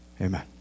Amen